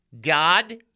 God